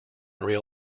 rear